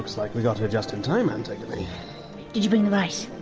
like we got here just in time, antigone. did you bring the rice?